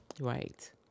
Right